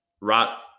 right